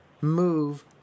move